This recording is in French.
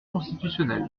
constitutionnelle